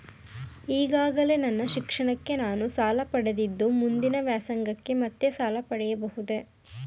ಈಗಾಗಲೇ ನನ್ನ ಶಿಕ್ಷಣಕ್ಕೆ ನಾನು ಸಾಲ ಪಡೆದಿದ್ದು ಮುಂದಿನ ವ್ಯಾಸಂಗಕ್ಕೆ ಮತ್ತೆ ಸಾಲ ಪಡೆಯಬಹುದೇ?